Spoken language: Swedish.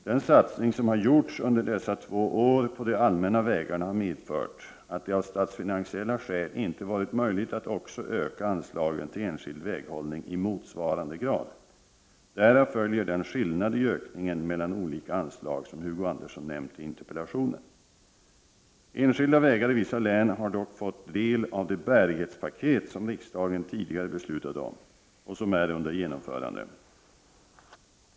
Den satsning som har gjorts under dessa två år på de allmänna vägarna har medfört att det av statsfinansiella skäl inte varit möjligt att också öka anslagen till enskild väghållning i motsvarande grad. Därav följer den skillnad i ökningen mellan olika anslag som Hugo Andersson nämnt i interpellationen. Enskilda vägar i vissa län har dock fått del av det bärighetspaket som riksdagen tidigare beslutat om och som är under genomförande.